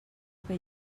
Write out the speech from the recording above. que